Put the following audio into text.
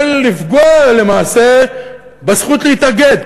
של לפגוע למעשה בזכות להתאגד.